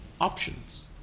options